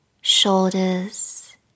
shoulders